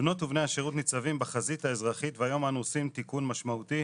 בנות ובני השירות ניצבים בחזית האזרחית והיום אנו עושים תיקון משמעותי